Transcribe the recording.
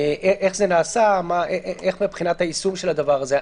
איך זה נעשה מבחינת היישום של הדבר הזה?